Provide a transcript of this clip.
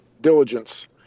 diligence